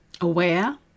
Aware